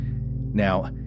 Now